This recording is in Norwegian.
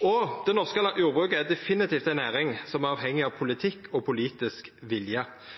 Det norske jordbruket er definitivt ei næring som er avhengig av politikk og politisk vilje.